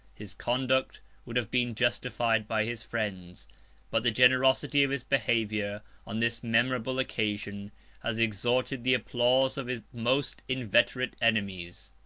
his conduct would have been justified by his friends but the generosity of his behavior on this memorable occasion has extorted the applause of his most inveterate enemies.